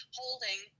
holding